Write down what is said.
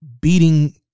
beating